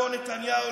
אדון נתניהו,